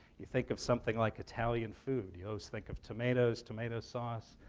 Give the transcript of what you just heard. you think of something like italian food, you always think of tomatoes, tomato sauce,